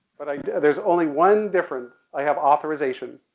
but i do, there's only one difference. i have authorization.